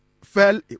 fell